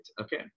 okay